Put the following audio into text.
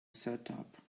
setup